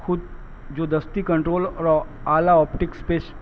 خود جو دستی کنٹرول اور اعلیٰ آپٹکس پیش